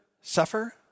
suffer